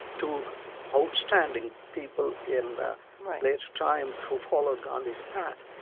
two outstanding people in later times who followed gandhi's path.